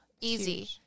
Easy